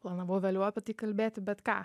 planavau vėliau apie tai kalbėti bet ką